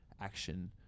action